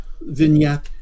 vignette